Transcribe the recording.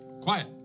quiet